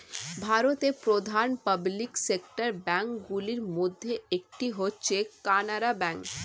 ভারতের প্রধান public sector bank গুলির মধ্যে একটি হচ্ছে কানারা ব্যাঙ্ক